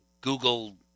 Google